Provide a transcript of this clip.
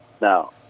Now